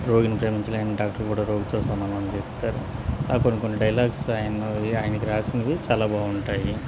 రోగిని ప్రేమించలేని డాక్టర్ కూడా రోగితో సమానమని చెబుతారు ఆ కొన్ని కొన్ని డైలాగ్స్ ఆయన ఆయనకి వ్రాసినవి చాలా బాగుంటాయి